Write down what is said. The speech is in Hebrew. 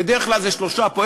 בדרך כלל זה שלושה פה,